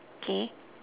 okay